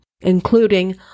including